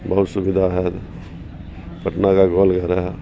بہت سویدھا ہے پٹنہ کا گول گھر ہے